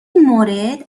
مورد